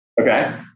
Okay